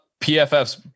PFF's